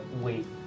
Wait